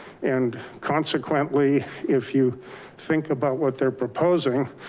and consequently, if you think about what they're proposing,